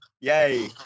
Yay